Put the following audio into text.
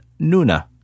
nuna